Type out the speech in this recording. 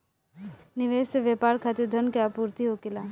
निवेश से व्यापार खातिर धन के आपूर्ति होखेला